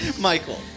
Michael